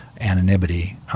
anonymity